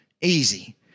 easy